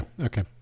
okay